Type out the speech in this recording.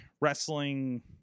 wrestling